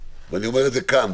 ואני אומר את זה כאן,